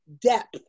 depth